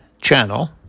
Channel